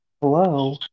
Hello